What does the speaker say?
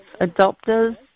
adopters